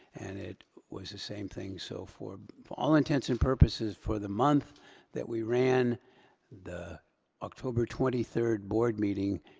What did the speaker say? and it was the same thing. so for for all intensive purposes for the month that we ran the october twenty third board meeting,